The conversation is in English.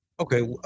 Okay